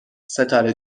ستاره